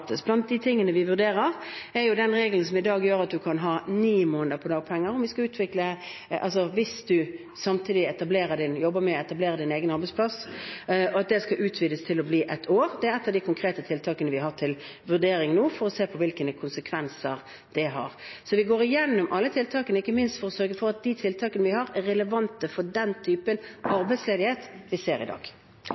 Blant de tingene vi vurderer, er om den regelen som i dag gjør at man kan gå ni måneder på dagpenger hvis man samtidig jobber med å etablere sin egen arbeidsplass, skal utvides til å bli ett år. Dette er et av de konkrete tiltakene vi har til vurdering nå for å se på hvilke konsekvenser det har. Så vi går igjennom alle tiltakene, ikke minst for å sørge for at de tiltakene vi har, er relevante for den typen arbeidsledighet vi ser i dag.